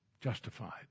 justified